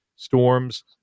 storms